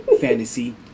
Fantasy